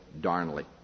Darnley